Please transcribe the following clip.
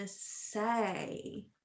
say